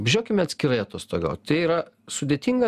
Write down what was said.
važiuokime atskirai atostogaut tai yra sudėtinga